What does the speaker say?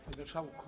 Panie Marszałku!